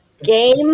Game